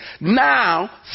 Now